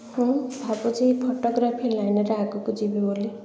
ମୁଁ ଭାବୁଛି ଫୋଟୋଗ୍ରାଫି ଲାଇନ୍ରେ ଆଗକୁ ଯିବି ବୋଲି